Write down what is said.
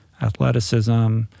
athleticism